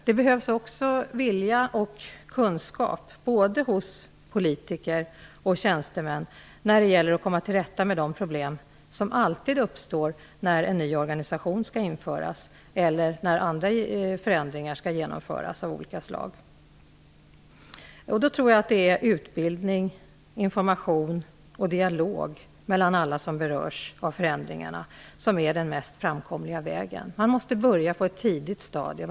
Det behövs också vilja och kunskap, både hos politiker och tjänstemän, när det gäller att komma till rätta med de problem som alltid uppstår när en ny organisation eller andra förändringar skall genomföras. Jag tror att den mest framkomliga vägen är utbildning av, information till och dialog mellan alla som berörs av förändringarna. Man måste börja på ett tidigt stadium.